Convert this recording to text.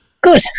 Good